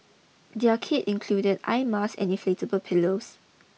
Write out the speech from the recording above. their kit included eye masks and inflatable pillows